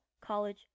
college